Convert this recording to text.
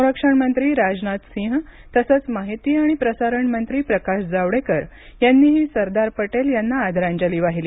संरक्षण मंत्री राजनाथ सिंह तसंच माहिती व प्रसारण मंत्री प्रकाश जावडेकर यांनीही सरदार पटेल यांना आदरांजली वाहिली